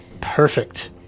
Perfect